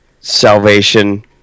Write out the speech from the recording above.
Salvation